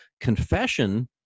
Confession